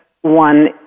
one